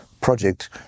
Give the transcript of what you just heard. project